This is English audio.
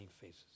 faces